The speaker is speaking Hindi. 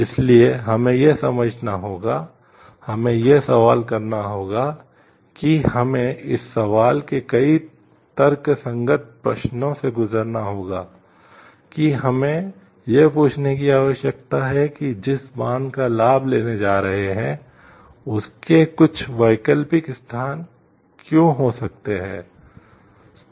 इसलिए हमें यह समझना होगा हमें यह सवाल करना होगा कि हमें इस सवाल के कई तर्कसंगत प्रश्नों से गुजरना होगा कि हमें यह पूछने की आवश्यकता है कि जिस बांध का लाभ लेने जा रहे हैं उसके कुछ वैकल्पिक स्थान क्यों हो सकते हैं